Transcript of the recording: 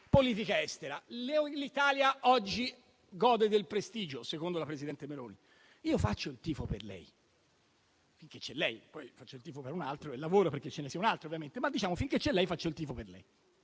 L'Italia oggi gode del prestigio, secondo la presidente Meloni. Io faccio il tifo per lei - finché c'è lei, poi farò il tifo per un altro e ovviamente lavoro affinché ce ne sia un altro, ma diciamo che, finché c'è lei, faccio il tifo per lei